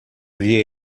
via